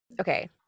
okay